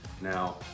Now